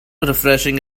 refreshing